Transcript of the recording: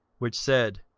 which said,